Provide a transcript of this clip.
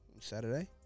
Saturday